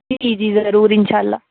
جی جی ضرور ان شاء اللہ